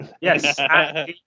Yes